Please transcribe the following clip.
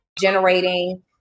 Generating